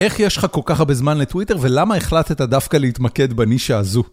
איך יש לך כל כך הרבה זמן לטוויטר, ולמה החלטת דווקא להתמקד בנישה הזו?